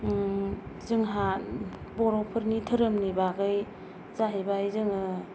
जोंहा बर'फोरनि धोरोमनि बागै जाहैबाय जोंङो